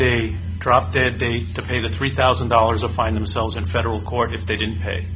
day drop dead date to pay the three thousand dollars or find themselves in federal court if they didn't pay